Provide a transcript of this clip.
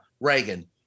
Reagan